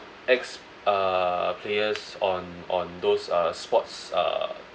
ex uh players on on those uh sports uh